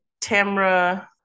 Tamra